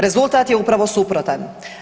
Rezultat je upravo suprotan.